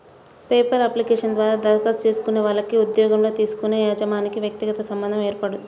paper application ద్వారా దరఖాస్తు చేసుకునే వాళ్లకి ఉద్యోగంలోకి తీసుకునే యజమానికి వ్యక్తిగత సంబంధం ఏర్పడుద్ది